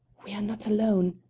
we are not alone,